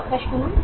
কথা শুনুন